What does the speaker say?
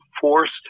forced